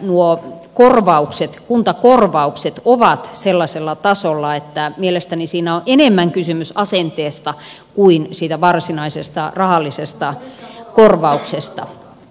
nuo korvaukset kuntakorvaukset ovat sellaisella tasolla että mielestäni siinä on enemmän kysymys asenteesta kuin siitä varsinaisesta rahallisesta korvauksesta